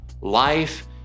life